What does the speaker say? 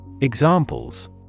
examples